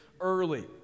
early